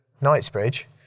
Knightsbridge